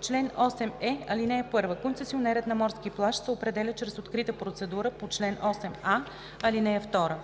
Чл. 8е. (1) Концесионерът на морски плаж се определя чрез открита процедура по чл. 8а, ал. 2.